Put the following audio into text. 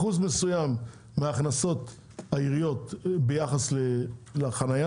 אחוז מסוים מהכנסות העיריות ביחס לחנייה